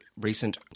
recent